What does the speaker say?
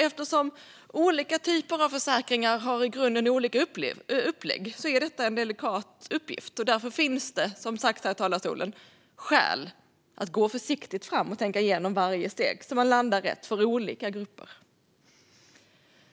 Eftersom olika typer av försäkringar har olika upplägg i grunden är detta en delikat uppgift, och därför finns det, som sagts här i talarstolen, skäl att gå försiktigt fram och tänka igenom varje steg så att man landar rätt för olika grupper.